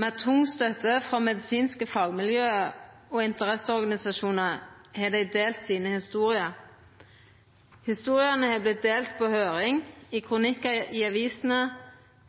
Med tung støtte frå medisinske fagmiljø og interesseorganisasjonar har dei delt historiene sine. Historiene har vorte delte på høyring, som kronikkar i avisene,